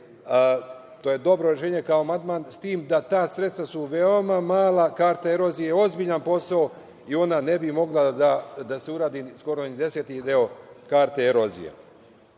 to je dobra želja kao amandman, s tim da su ta sredstva veoma mala, a karta erozije je ozbiljan posao i ona ne bi mogla da se uradi, skoro ni deseti deo karte erozije. Karta